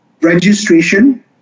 registration